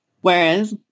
Whereas